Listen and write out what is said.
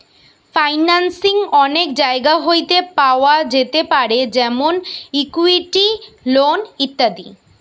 financing অনেক জায়গা হইতে পাওয়া যেতে পারে যেমন ইকুইটি, লোন ইত্যাদি